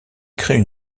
créent